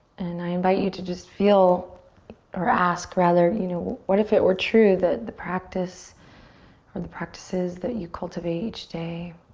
and i invite you to just feel or ask, you know what if it were true that the practice or the practices that you cultivate each day